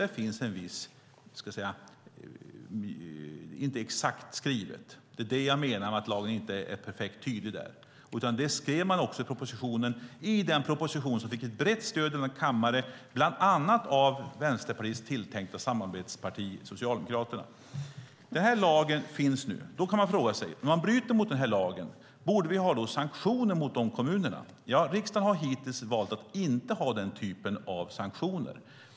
Det är det som jag menar med att lagen inte är perfekt och helt tydlig där. Det skrev man också i den proposition som fick ett brett stöd i denna kammare, bland annat av Vänsterpartiets tilltänkta samarbetsparti Socialdemokraterna. Denna lag finns nu. Då kan man fråga sig: Om några bryter mot denna lag, borde vi då ha sanktioner mot dessa kommuner? Riksdagen har hittills valt att inte ha den typen av sanktioner.